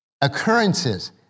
occurrences